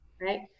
right